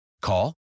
Call